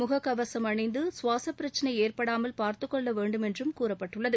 முக கவசம் அணிந்து சுவாசப் பிரச்சினை ஏற்படாமல் பார்த்துக்கொள்ள வேண்டும் என்றும் கூறப்பட்டுள்ளது